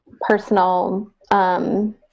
personal